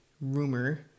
rumor